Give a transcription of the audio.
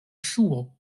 ŝuo